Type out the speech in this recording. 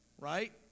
Right